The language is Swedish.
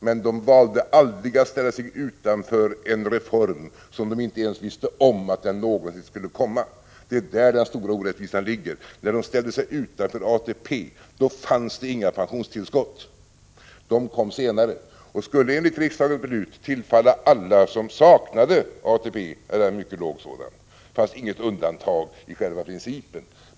Men de valde aldrig att ställa sig utanför en reform om vilken de inte ens visste att den någonsin skulle komma. Det är där den stora orättvisan ligger. När de ställde sig utanför ATP fanns det inga pensionstillskott. De kom senare och skulle enligt riksdagens beslut tillfalla alla som saknade ATP eller hade mycket låg sådan. Det fanns inget undantag i själva principen.